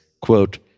quote